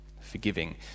forgiving